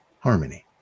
harmony